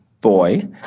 boy